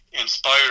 inspired